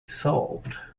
solved